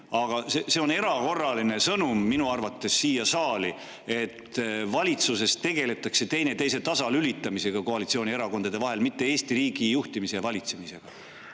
aga see on erakorraline sõnum minu arvates siin saalis, et valitsuses tegeldakse teineteise tasalülitamisega koalitsioonierakondade vahel, mitte Eesti riigi juhtimise ja valitsemisega.